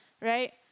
right